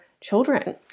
children